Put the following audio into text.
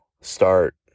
start